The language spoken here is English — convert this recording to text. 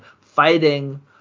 fighting